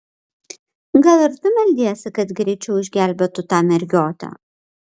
gal ir tu meldiesi kad greičiau išgelbėtų tą mergiotę